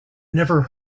never